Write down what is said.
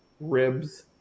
ribs